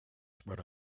spread